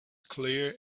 clear